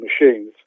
machines